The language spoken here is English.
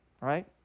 right